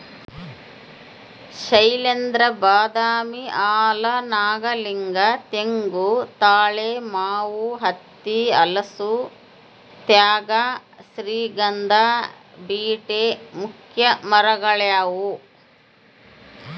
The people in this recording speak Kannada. ಶೈಲೇಂದ್ರ ಬಾದಾಮಿ ಆಲ ನಾಗಲಿಂಗ ತೆಂಗು ತಾಳೆ ಮಾವು ಹತ್ತಿ ಹಲಸು ತೇಗ ಶ್ರೀಗಂಧ ಬೀಟೆ ಮುಖ್ಯ ಮರಗಳಾಗ್ಯಾವ